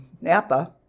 Napa